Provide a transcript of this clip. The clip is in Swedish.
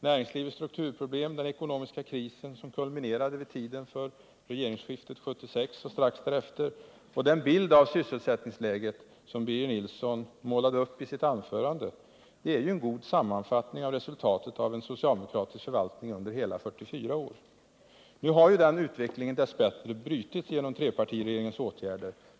Näringslivets strukturproblem, den ekonomiska krisen, som kulminerade vid tiden för regeringsskiftet 1976 och strax därefter, och den bild av sysselsättningsläget som Birger Nilsson målade upp i sitt anförande ger ju en god sammanfattning av resultatet av en socialdemokratisk förvaltning under 44 år. Nu har den utvecklingen dess bättre brutits genom trepartiregeringens åtgärder.